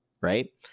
right